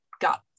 got